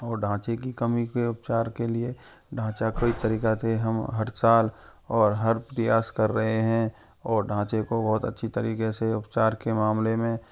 और ढाँचे की कमी के उपचार के लिए ढाँचा कई तरीका से हम हर साल और हर प्रयास कर रहे हैं और ढाँचे को बहुत अच्छी तरीके से उपचार के मामले में